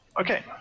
Okay